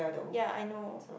ya I know